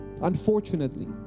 unfortunately